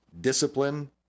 discipline